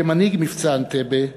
כמנהיג "מבצע אנטבה",